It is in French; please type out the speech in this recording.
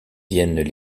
viennent